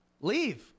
leave